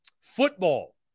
football